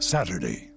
Saturday